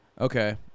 Okay